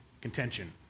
contention